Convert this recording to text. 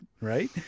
right